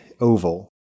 oval